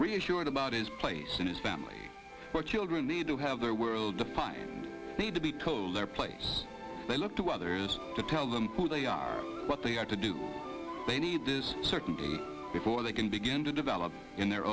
reassured about his place in his family or children need to have their world to fight to be told their place they look to others to tell them who they are what they are to do they need this certainty before they can begin to develop in their